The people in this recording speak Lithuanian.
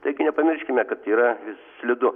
taigi nepamirškime kad yra slidu